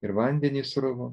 ir vandenys sruvo